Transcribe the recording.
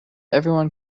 everyone